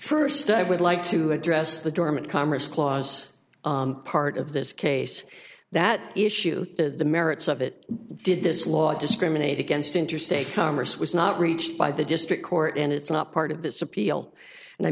first i would like to address the dormant commerce clause part of this case that issue the merits of it did this law discriminate against interstate commerce was not reached by the district court and it's not part of this appeal and i